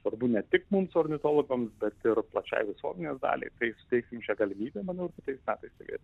svarbu ne tik mums ornitologams bet ir plačiai visuomenės daliai tai suteiksim šią galimybę manau metais